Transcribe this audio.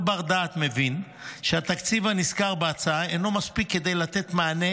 כל בר-דעת מבין שהתקציב הנזכר בהצעה אינו מספיק לתת מענה